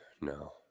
no